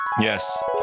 Yes